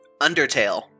Undertale